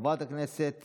חברת הכנסת